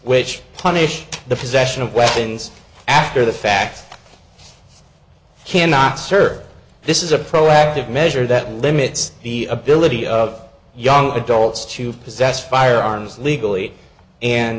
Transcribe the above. which punish the possession of weapons after the fact cannot serve this is a proactive measure that limits the ability of young adults to possess firearms legally and